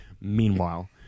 Meanwhile